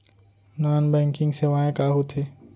Non banking सेवाएं का होथे?